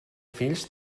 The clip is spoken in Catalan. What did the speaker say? fills